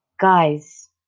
Guys